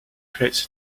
creates